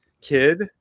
kid